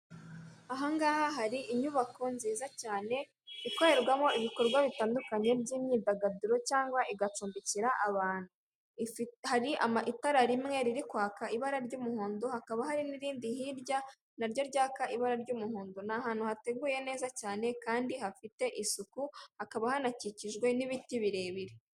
Aha ngaha hari inyubako nziza cyane ikorerwamo ibikorwa bitandukanye by'imyidagaduro cyangwa igacumbikira abantu, hari itara rimwe riri kwaka ibara ry'umuhondo, hakaba hari n'irindi hirya naryo ryaka ibara ry'umuhondo, ni ahantu hateguye neza cyane kandi hafite isuku hakaba hanakikijwe n'ibiti birebire.